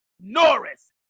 Norris